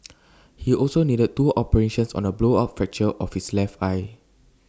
he also needed two operations on A blowout fracture of his left eye